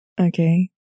Okay